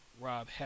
rob